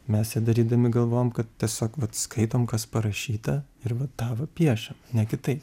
mes ją darydami galvojom kad tiesiog vat skaitom kas parašyta ir vat tą va piešiam ne kitai